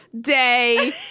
day